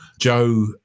Joe